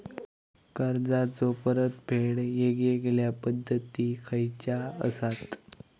कर्जाचो परतफेड येगयेगल्या पद्धती खयच्या असात?